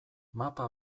mapa